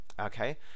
Okay